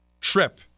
trip